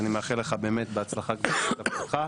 אני מאחל לך בהצלחה בדולה בתפקידך.